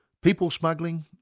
people smuggling,